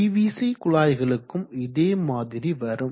PVC குழாய்களுக்கும் இதேமாதிரி வரும்